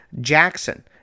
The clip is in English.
Jackson